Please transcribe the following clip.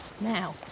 Now